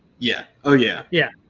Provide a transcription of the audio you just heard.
yeah. oh yeah. yeah.